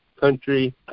country